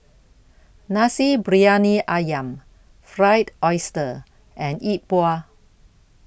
Nasi Briyani Ayam Fried Oyster and Yi Bua